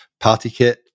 PartyKit